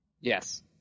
Yes